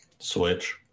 switch